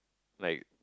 like